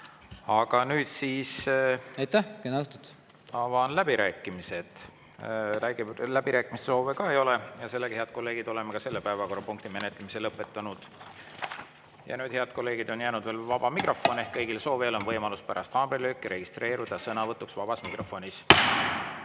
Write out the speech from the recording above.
Nüüd avan läbirääkimised. Läbirääkimiste soovi ka ei ole. Head kolleegid, oleme ka selle päevakorrapunkti menetlemise lõpetanud. Ja nüüd, head kolleegid, on jäänud veel vaba mikrofon. Kõigil soovijail on võimalus pärast haamrilööki registreeruda sõnavõtuks vabas mikrofonis.